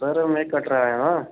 sir में कटरा आए दा आं